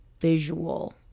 visual